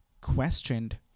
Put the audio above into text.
questioned